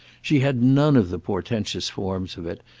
she had none of the portentous forms of it,